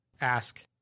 ask